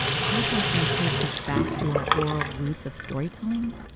podcasting takes us back to our oral roots of storytelling.